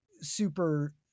super